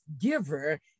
giver